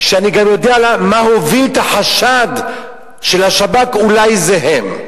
ואני גם יודע מה הוביל את החשד של השב"כ שאולי זה הם.